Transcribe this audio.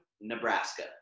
Nebraska